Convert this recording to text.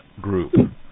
group